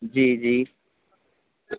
جی جی